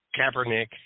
Kaepernick